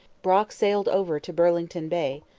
brock sailed over to burlington bay,